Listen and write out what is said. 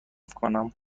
کنم